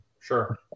Sure